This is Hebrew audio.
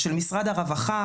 משרד הרווחה,